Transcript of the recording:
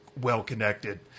well-connected